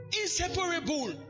inseparable